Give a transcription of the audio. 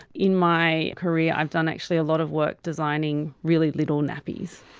in my career i've done actually a lot of work designing really little nappies.